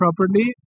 properly